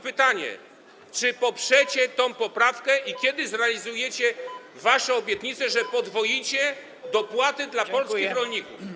Pytanie: Czy poprzecie tę poprawkę i kiedy zrealizujecie wasze obietnice, że podwoicie dopłaty dla polskich rolników?